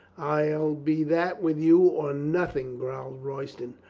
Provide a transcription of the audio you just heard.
i'll be that with you or nothing, growled roy ston,